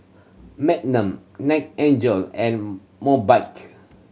Mgnum Night angel and Mobike